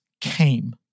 came